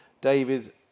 David